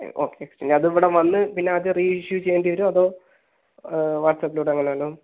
okay പിന്നെ അത് ഇവിടെ വന്ന് പിന്നെ അത് റീഇഷ്യൂ ചെയ്യേണ്ടി വരുമോ അതോ വാട്ട്സപ്പിലൂടെ അങ്ങനെ വല്ലതും